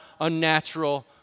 unnatural